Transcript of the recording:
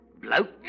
Bloke